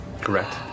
Correct